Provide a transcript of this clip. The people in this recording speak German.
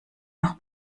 noch